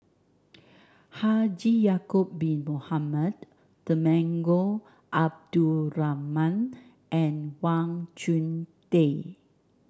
Haji Ya'acob Bin Mohamed Temenggong Abdul Rahman and Wang Chunde